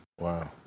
Wow